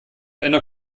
einer